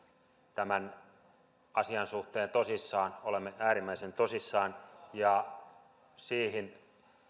tämän asian suhteen tosissaan olemme äärimmäisen tosissamme ja siihen